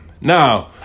Now